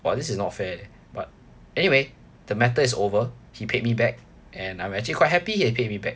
!wah! this is not fair but anyway the matter is over he paid me back and I'm actually quite happy that he paid me back